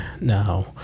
Now